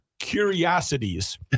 Curiosities